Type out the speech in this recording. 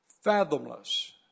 fathomless